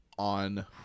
on